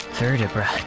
vertebra